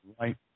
right